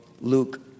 Luke